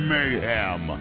Mayhem